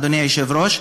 אדוני היושב-ראש,